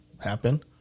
happen